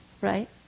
right